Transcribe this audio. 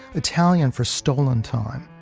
italian for stolen time.